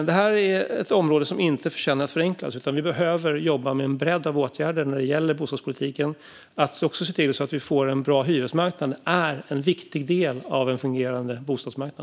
Detta är ett område som inte förtjänar att förenklas, utan vi behöver jobba med en bredd av åtgärder när det gäller bostadspolitiken. Att se till att vi får en bra hyresmarknad är en viktig del av en fungerande bostadsmarknad.